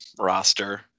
roster